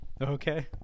Okay